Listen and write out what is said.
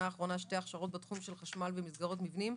האחרונה שתי הכשרות בתחום של חשמל במסגרות מבנים,